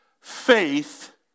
faith